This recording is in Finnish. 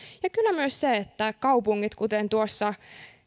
ja kyllä myös se että kaupungit kuten tuossa